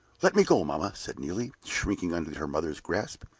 let me go, mamma, said neelie, shrinking under her mother's grasp.